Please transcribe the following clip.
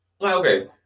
Okay